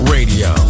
Radio